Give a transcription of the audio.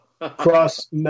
Cross